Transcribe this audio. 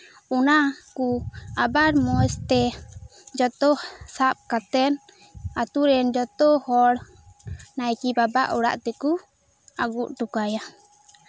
ᱚᱱᱟ ᱠ ᱟᱵᱟᱨ ᱢᱚᱸᱡᱽ ᱛᱮ ᱡᱚᱛᱚ ᱥᱟᱵ ᱠᱟᱛᱮᱫ ᱟᱹᱛᱳ ᱨᱮᱱ ᱡᱚᱛᱚ ᱦᱚᱲ ᱱᱟᱭᱠᱮ ᱵᱟᱵᱟ ᱚᱲᱟᱜ ᱛᱮᱠᱚ ᱟᱹᱜᱩ ᱦᱚᱴᱚ ᱠᱟᱭᱟ